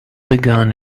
begun